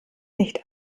nicht